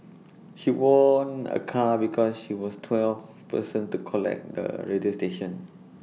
she won A car because she was twelfth person to collect the radio station